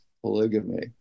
polygamy